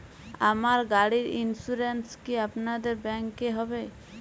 আমার গাড়ির ইন্সুরেন্স কি আপনাদের ব্যাংক এ হবে?